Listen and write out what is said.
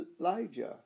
Elijah